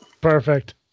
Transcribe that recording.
Perfect